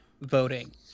Voting